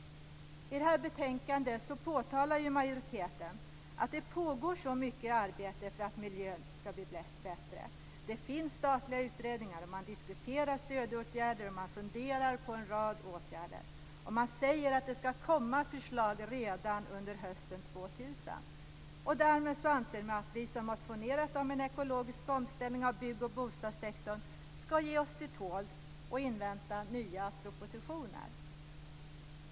I det här betänkandet påtalar majoriteten att det pågår så mycket arbete för att miljön ska bli bättre. Det finns statliga utredningar. Man diskuterar stödåtgärder. Man funderar på en rad åtgärder. Man säger att det ska komma förslag redan under hösten 2000. Därmed anser man att vi som har motionerat om en ekologisk omställning av bygg och bostadssektorn ska ge oss till tåls och invänta nya propositioner.